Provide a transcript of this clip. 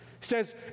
says